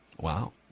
Wow